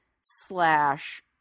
slash